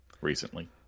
recently